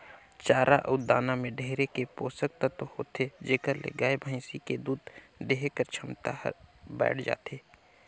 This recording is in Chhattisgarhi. चारा अउ दाना में ढेरे के पोसक तत्व होथे जेखर ले गाय, भइसी के दूद देहे कर छमता हर बायड़ जाथे